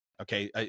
Okay